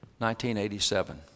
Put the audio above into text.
1987